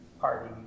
party